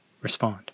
respond